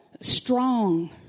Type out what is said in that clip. strong